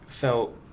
felt